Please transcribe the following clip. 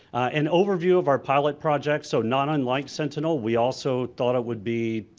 an overview of our pilot project so not unlike sentinel we also thought it would be